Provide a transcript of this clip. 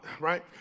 right